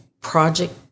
project